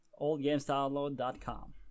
oldgamesdownload.com